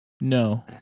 No